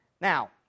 Now